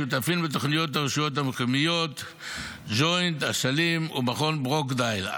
שותפים בתוכניות הרשויות המקומיות ומכון ג'וינט ברוקדייל,